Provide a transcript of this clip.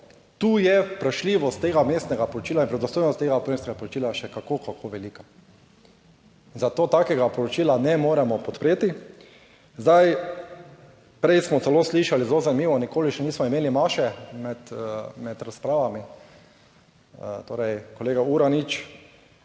tu je vprašljivost tega vmesnega poročila in verodostojnost tega / nerazumljivo/ poročila še kako, kako velika. In zato takega poročila ne moremo podpreti. Zdaj, prej smo celo slišali zelo zanimivo, nikoli še nismo imeli maše, med, med razpravami. Torej, kolega Uranič,